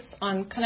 on